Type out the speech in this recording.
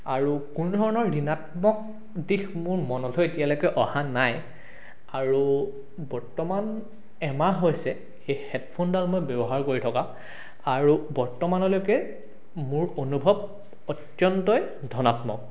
আৰু কোনোধৰণৰ ঋণাত্মক দিশ মোৰ মনলৈ এতিয়ালৈকে অহা নাই আৰু বৰ্তমান এমাহ হৈছে এই হেডফোনডাল মই ব্যৱহাৰ কৰি থকা আৰু বৰ্তমানলৈকে মোৰ অনুভৱ অত্যন্তই ধনাত্মক